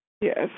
Yes